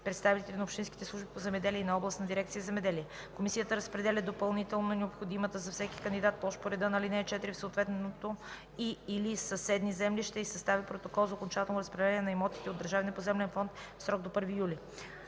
представители на общинските служби по земеделие и на областната дирекция „Земеделие”. Комисията разпределя допълнително необходимата за всеки кандидат площ по реда на ал. 4 в съответното и/или съседни землища и съставя протокол за окончателното разпределение на имотите от държавния поземлен фонд в срок до 1 юли.